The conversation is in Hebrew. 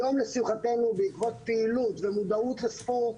היום לשמחתנו בעקבות פעילות ומודעות לספורט,